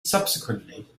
subsequently